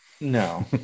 No